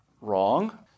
wrong